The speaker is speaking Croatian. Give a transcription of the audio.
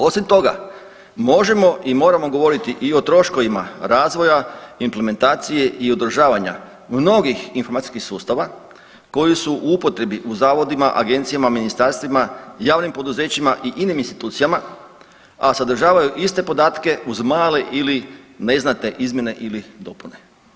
Osim toga možemo i moramo govoriti i o troškovima razvoja, implementacije i održavanja mnogih informacijskih sustava koji su u upotrebi u zavodima, agencijama, ministarstvima, javnim poduzećima i inim institucijama a sadržavaju iste podatke uz male ili neznatne izmjene ili dopune.